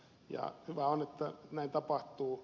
ja hyvä on että näin tapahtuu